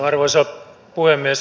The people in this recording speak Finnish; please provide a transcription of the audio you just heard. arvoisa puhemies